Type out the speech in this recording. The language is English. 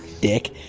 dick